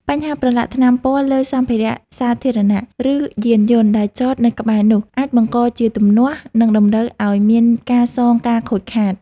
បញ្ហាប្រឡាក់ថ្នាំពណ៌លើសម្ភារៈសាធារណៈ ឬយានយន្តដែលចតនៅក្បែរនោះ អាចបង្កជាទំនាស់ និងតម្រូវឱ្យមានការសងការខូចខាត។